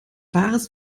wahres